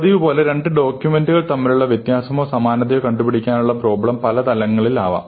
പതിവുപോലെ രണ്ട് ഡോക്യൂമെന്റുകൾ തമ്മിലുള്ള വ്യത്യാസമോ സമാനതയോ കണ്ടുപിടിക്കാനുള്ള പ്രോബ്ലം പല തലങ്ങളിൽ ആകാം